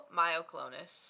myoclonus